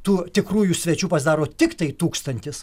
tų tikrųjų svečių pasidaro tiktai tūkstantis